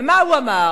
ומה הוא אמר?